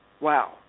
Wow